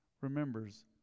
remembers